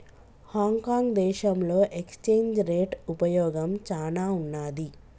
Hong Kong దేశంలో exchange rate ఉపయోగం చానా ఉన్నాది